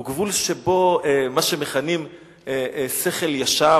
הוא גבול שבו מה שמכנים שכל ישר,